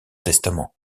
testament